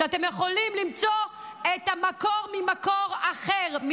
אתם יכולים למצוא את המקור ממקור אחר,